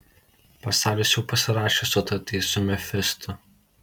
pasaulis jau pasirašė sutartį su mefistu